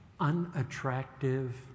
unattractive